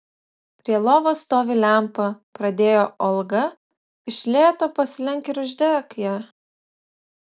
prie lovos stovi lempa pradėjo olga iš lėto pasilenk ir uždek ją